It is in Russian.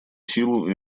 силу